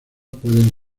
pueden